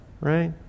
right